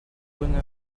bonne